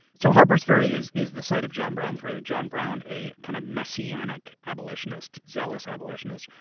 so, harpers ferry is is the site of john brown's bridge. john brown, a kind of messianic abolitionist, zealous abolitionist,